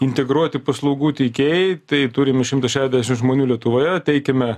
integruoti paslaugų teikėjai tai turim šimtą šešiasdešimt žmonių lietuvoje teikiame